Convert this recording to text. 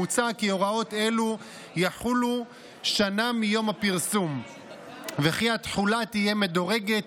מוצע כי הוראות אלו יחולו שנה מיום הפרסום וכי התחולה תהיה מדורגת,